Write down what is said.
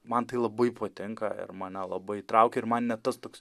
man tai labai patinka ir mane labai traukia ir man net tas toks